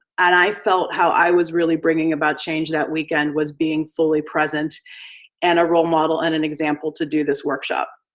and i felt how i was really bringing about change that weekend was being fully present and a role model and an example to do this workshop.